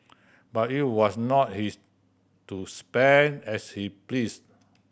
but it was not his to spend as he pleased